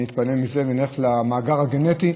אני אתפנה מזה ונלך למאגר הגנטי,